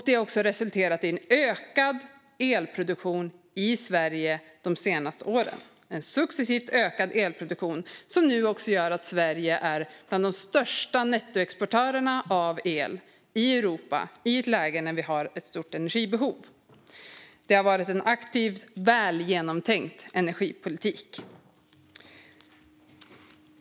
Det har också resulterat i ökad elproduktion i Sverige de senaste åren, en successivt ökad elproduktion som nu gör att Sverige är bland de största nettoexportörerna av el i Europa i ett läge där vi har ett stort energibehov. Det har varit en aktiv och väl genomtänkt energipolitik.